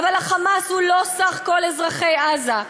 אבל ה"חמאס" הוא לא סך כל אזרחי עזה,